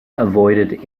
avoided